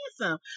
handsome